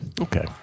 Okay